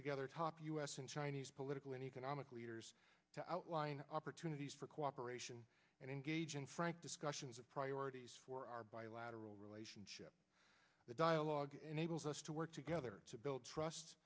together top u s and chinese political and economic leaders to outline opportunities for cooperation and engage in frank discussions of priorities for our bilateral relationship the dialogue enables us to work together to build trust